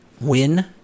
win